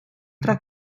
tra